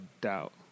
doubt